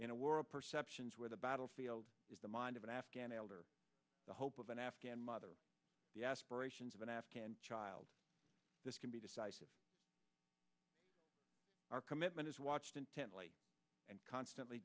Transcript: in a world perceptions where the battlefield is the mind of an afghan elder the hope of an afghan mother the aspirations of an afghan child this can be decisive our commitment is watched intently and constantly